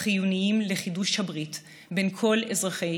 החיוניים לחידוש הברית בין כל אזרחי